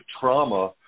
trauma